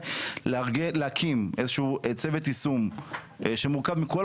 להקים איזשהו צוות יישום שמורכב מכל